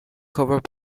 covered